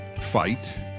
fight